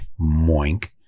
Moink